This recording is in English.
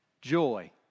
joy